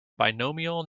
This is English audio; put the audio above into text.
binomial